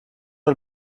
del